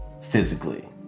physically